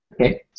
Okay